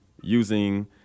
using